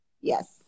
Yes